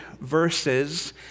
verses